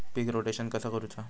पीक rotation कसा करूचा?